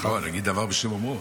להגיד דבר בשם אומרו.